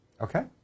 Okay